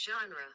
Genre